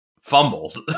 fumbled